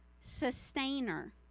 sustainer